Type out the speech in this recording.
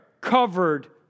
covered